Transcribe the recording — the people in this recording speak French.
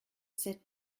cette